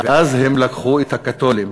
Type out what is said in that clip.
ואז הם לקחו את הקתולים,